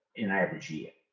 in average year